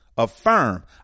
affirm